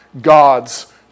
God's